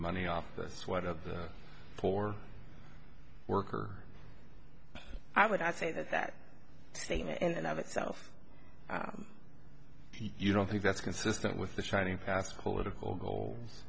money off the sweat of the poor worker i would i say that that statement and of itself you don't think that's consistent with the shining past political goal